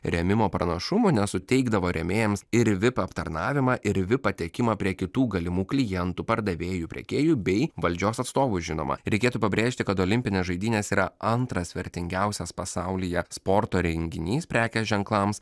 rėmimo pranašumų nesuteikdavo rėmėjams ir vip aptarnavimą ir vip patekimą prie kitų galimų klientų pardavėjų pirkėjų bei valdžios atstovų žinoma reikėtų pabrėžti kad olimpinės žaidynės yra antras vertingiausias pasaulyje sporto renginys prekės ženklams